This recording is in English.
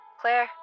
Claire